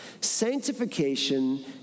Sanctification